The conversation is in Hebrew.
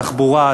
תחבורה,